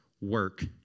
work